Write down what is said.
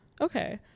Okay